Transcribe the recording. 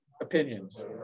opinions